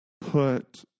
put